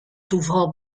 toeval